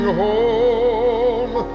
home